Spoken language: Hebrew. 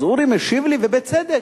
אז אורי משיב לי, ובצדק: